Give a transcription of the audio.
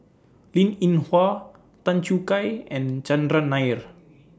Linn in Hua Tan Choo Kai and Chandran Nair